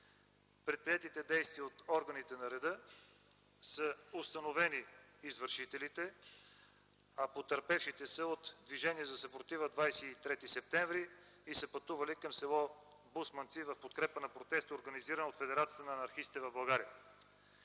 предприетите действия от органите на реда са установени извършителите, а потърпевшите са от Движение за съпротива „23 септември” и са пътували към с. Бусманци в подкрепа на протеста, организиран от Федерацията на анархистите в България.